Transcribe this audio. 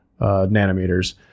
nanometers